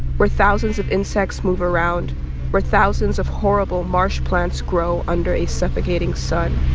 where thousands of insects move around where thousands of horrible marsh plants grow under a suffocating sun